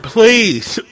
Please